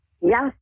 Yes